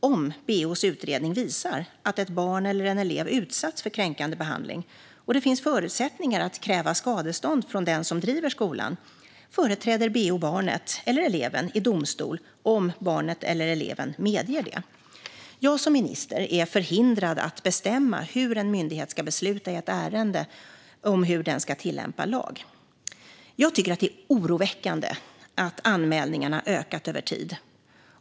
Om BEO:s utredning visar att ett barn eller en elev utsatts för kränkande behandling och det finns förutsättningar att kräva skadestånd från den som driver skolan företräder BEO barnet eller eleven i domstol om barnet eller eleven medger det. Jag som minister är förhindrad att bestämma hur en myndighet ska besluta i ett ärende om hur den ska tillämpa lag. Jag tycker att det är oroväckande att anmälningarna ökat över tid.